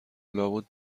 لابد